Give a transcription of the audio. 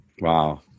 Wow